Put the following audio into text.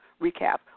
recap